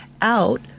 out